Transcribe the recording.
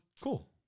cool